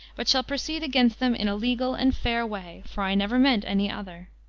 but shall proceed against them in a legal and fair way, for i never meant any other.